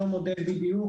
אותו מודל בדיוק?